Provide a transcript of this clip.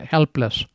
Helpless